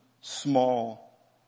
small